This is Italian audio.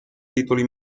titoli